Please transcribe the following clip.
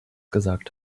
gesagt